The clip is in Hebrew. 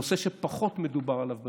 נושא שפחות מדובר עליו ביום-יום,